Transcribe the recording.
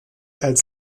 als